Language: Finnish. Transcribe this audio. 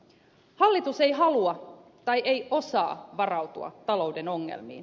hallitus ei halua tai ei osaa varautua talouden ongelmiin